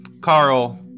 Carl